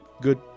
Good